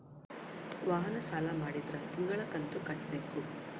ವಾಹನ ಸಾಲ ಮಾಡಿದ್ರಾ ತಿಂಗಳ ಕಂತು ಕಟ್ಬೇಕು